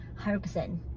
100%